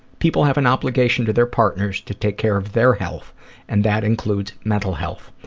people have an obligation to their partners to take care of their health and that includes mental health.